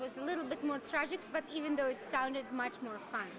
was a little bit more tragic but even though it sounded much more fun